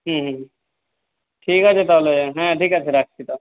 হুম হুম ঠিক আছে তাহলে হ্যাঁ ঠিক আছে রাখছি তাহলে